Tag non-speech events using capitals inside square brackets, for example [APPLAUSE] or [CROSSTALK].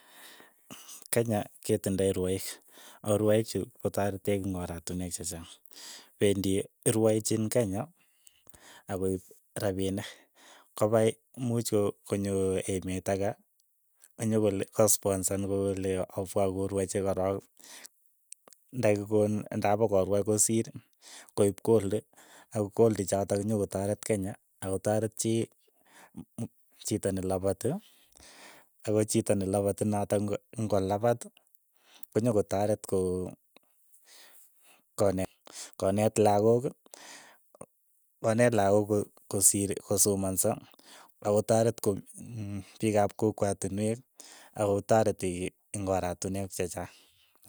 Kenya ketindoi rwaik, ako rwaik chu kotaretech eng' oratinwek chechang, pendi rwachin kenya akoip rapinik, kopa much ko konyo emet ake, nyokole kosponsan kole opwa korwachi korok ndakikon ndapokorwai kosiir koip kold, ako kold chotok nyokoyaret kenya akotaret chii, chita nelapati, ako chito nelapati natak ngo ng'olapat, konyokotaret ko- kone koneet lakok koneet lakok ko- kosir kosomanso akotaret ko [HESITATION] piik ap kokwatinwek, akotareti ing pratinwek chechang.